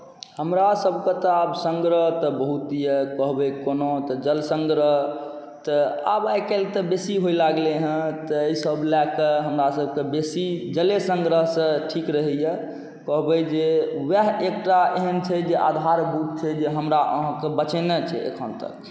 हमरासभके तऽ आब सङ्ग्रह तऽ बहुत यए कहबै कोना तऽ जल सङ्ग्रह तऽ आब आइ काल्हि तऽ बेसी होइ लागलै हेँ तऽ एहिसभ लए कऽ हमरासभकेँ बेसी जले सङ्ग्रहसँ ठीक रहैए कहबै जे उएह एकटा एहन छै जे आधारभूत छै जे हमरा अहाँकेँ बचेने छै एखन तक